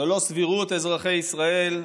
זו לא סבירות, אזרחי ישראל.